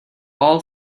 all